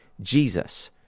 Jesus